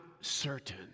certain